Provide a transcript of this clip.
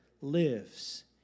lives